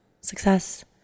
success